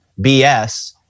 BS